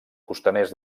costaners